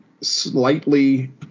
slightly